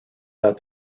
that